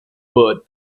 bird